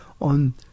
on